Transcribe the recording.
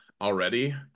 already